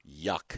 yuck